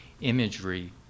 imagery